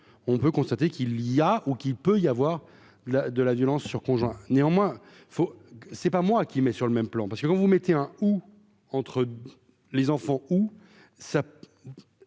on peut constater qu'il y a ou qu'il peut y avoir de la de la violence sur conjoint néanmoins faut c'est pas moi qui met sur le même plan, parce que quand vous mettez un où entre les enfants où ça